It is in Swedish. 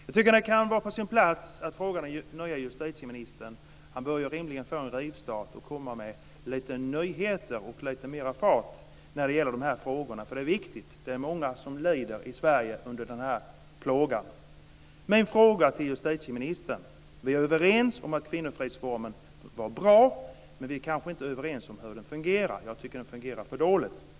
Jag tycker att det kan vara på sin plats att ställa en fråga till den nye justitieministern. Han bör ju rimligen få en rivstart och komma med nyheter och lite mera fart när det gäller dessa frågor. Det är viktigt då det är många i Sverige som lider under denna plåga. Vi är överens om att kvinnofridsreformen var bra, men vi kanske inte är överens om hur den fungerar. Jag tycker att den fungerar för dåligt.